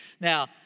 Now